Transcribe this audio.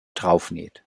draufnäht